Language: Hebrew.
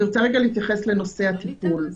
אני רוצה רגע להתייחס לנושא הטיפול.